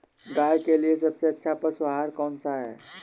गाय के लिए सबसे अच्छा पशु आहार कौन सा है?